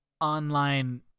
online